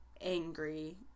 angry